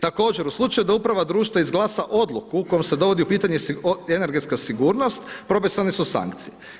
Također u slučaju da Uprava društva izglasa odluku kojom se dovodi u pitanje energetska sigurnost, propisane su sankcije.